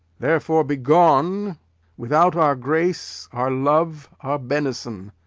therefore be gone without our grace, our love, our benison.